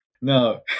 No